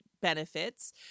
benefits